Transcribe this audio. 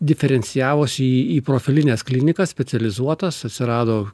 diferencijavos į į profilines klinikas specializuotas atsirado